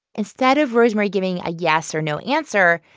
instead of rosemarie giving a yes or no answer,